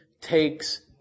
takes